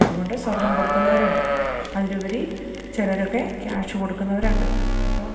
അതുകൊണ്ട് സ്വർണ്ണം കൊടുക്കുന്നവരുണ്ട് അതിലുപരി ചിലരൊക്കെ ക്യാഷ് കൊടുക്കുന്നവരുണ്ട്